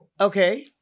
Okay